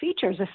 features